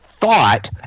thought